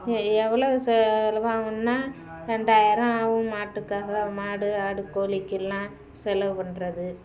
ஏ எவ்வளோ செலவாகுனால் ரெண்டாயிரம் ஆகும் மாட்டுக்காக மாடு ஆடு கோழிக்கெல்லாம் செலவு பண்ணுறது